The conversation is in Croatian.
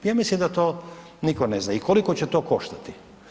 Ja mislim da to niko ne zna i koliko će to koštati?